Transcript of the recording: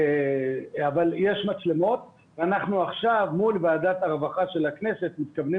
אנחנו עכשיו מול ועדת הרווחה של הכנסת מתכוונים